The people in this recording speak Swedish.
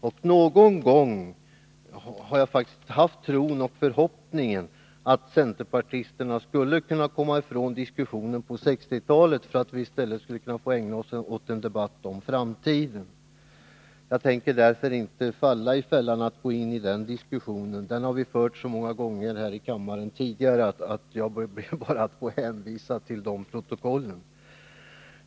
Och jag har haft tron och förhoppningen att centerpartisterna någon gång skall kunna komma ifrån diskussionen på 1960-talet, så att vi i stället kan ägna oss åt en debatt om framtiden. Jag tänker därför inte falla i fällan att gå in i diskussionen om 1960-talet. Den har vi fört så många gånger tidigare här i kammaren att jag bara ber att få hänvisa till protokollen från dessa debatter.